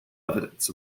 evidence